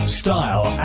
style